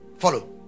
Follow